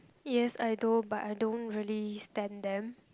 yes I know but I don't really stamp them